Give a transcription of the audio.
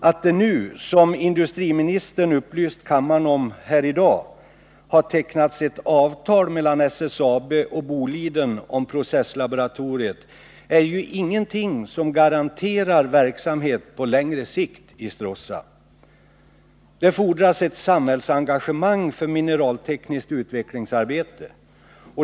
Att det nu — som industriministern upplyst kammaren om här i dag — har tecknats ett avtal mellan SSAB och Boliden om processlaboratoriet är ju ingenting som garanterar verksamhet på längre sikt i Stråssa. Det fordras ett samhällsengagemang för mineraltekniskt utvecklingsarbete.